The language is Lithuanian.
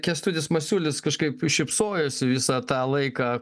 kęstutis masiulis kažkaip šypsojosi visą tą laiką